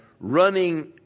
running